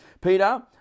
Peter